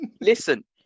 Listen